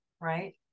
right